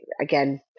again